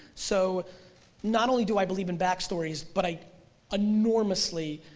so not only do i believe in back stories, but i enormously